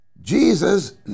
Jesus